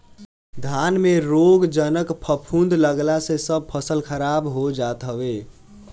धान में रोगजनक फफूंद लागला से सब फसल खराब हो जात हवे